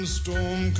storm